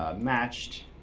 ah matched,